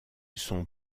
son